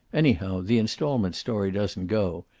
anyhow, the installment story doesn't go.